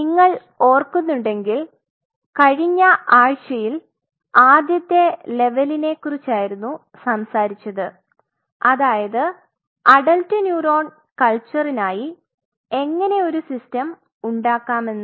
നിങ്ങൾ ഓർകുന്നുണ്ടെങ്കിൽ കഴിഞ്ഞ ആഴ്ചയിൽ ആദ്യത്തെ ലെവെലിനെ കുറിച്ചാരുന്നു സംസാരിച്ചത് അതായത് അഡൽറ്റ് ന്യൂറോൺ കൽച്ചറിനായി എങ്ങനെ ഒരു സിസ്റ്റം ഉണ്ടാക്കാമെന്ന്